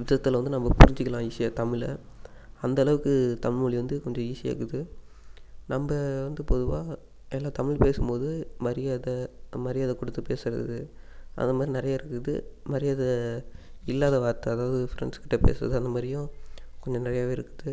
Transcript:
விதத்தில் வந்து நம்ம புரிஞ்சிக்கலாம் ஈஸியாக தமிழை அந்த அளவுக்கு தமிழ் மொழி வந்து கொஞ்சம் ஈஸியாக இருக்குது நம்ப வந்து பொதுவாக எல்லாத் தமிழ் பேசும்போது மரியாதை மரியாதை கொடுத்து பேசுறது அதை மாதிரி நிறைய இருக்குது மரியாதை இல்லாத வார்த்தை அதாவது ஃப்ரெண்ட்ஸ் கிட்ட பேசுறது அந்த மாரியும் கொஞ்சம் நிறையாவே இருக்குது